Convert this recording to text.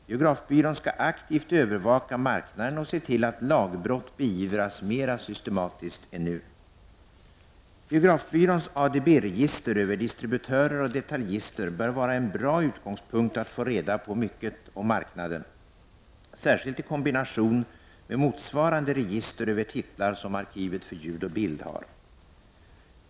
Biografbyrån skall aktivt övervaka marknaden och se till att lagbrott beivras mer systematiskt än nu. Biografbyråns ADB-register över distributörer och detaljister bör vara en bra utgångspunkt för att få reda på mycket om marknaden — särskilt i kombination med motsvarande register över titlar som Arkivet för ljud och bild har.